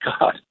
God